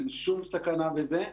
אין שום סכנה בזה.